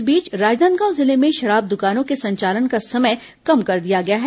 इस बीच राजनांदगांव जिले में शराब दुकानों के संचालन का समय कम कर दिया गया है